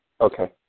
Okay